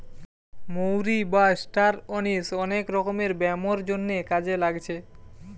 মৌরি বা star anise অনেক রকমের ব্যামোর জন্যে কাজে লাগছে